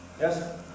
Yes